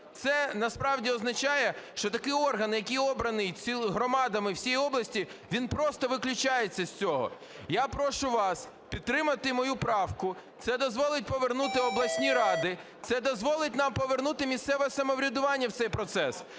Це насправді означає, що такий орган, який обраний громадами всієї області, він просто виключається з цього. Я прошу вас підтримати мою правку. Це дозволить повернути обласні ради, це дозволить нам повернути місцеве самоврядування в цей процес.